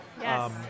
Yes